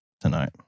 tonight